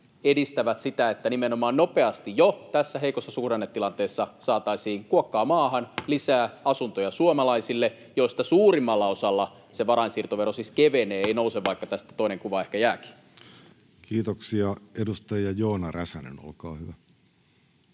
edistävät sitä, että nimenomaan nopeasti jo tässä heikossa suhdannetilanteessa saataisiin kuokkaa maahan, lisää asuntoja suomalaisille, joista suurimmalla osalla se varainsiirtovero siis kevenee, ei nouse, vaikka tästä toinen kuva ehkä jääkin. [Speech 703] Speaker: Jussi Halla-aho